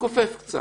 מתכופף קצת.